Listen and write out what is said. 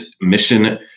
Mission